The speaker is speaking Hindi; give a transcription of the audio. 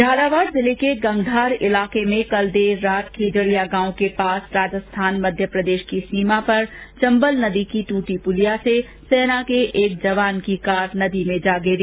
झालावाड़ जिले के गंगधार इलाके में कल देर रात खेजडिया गांव के पास राजस्थान मध्यप्रदेश की सीमा पर चंबल नदी की टूटी पुलिया से सेना के एक जवान की कार नदी में जा गिरी